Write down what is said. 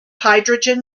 hydrogen